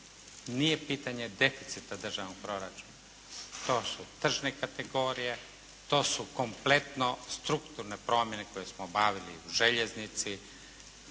nije pitanje deficita državnog proračuna. To su tržne kategorije. To su kompletno strukturne promjene koje smo obavili u željeznici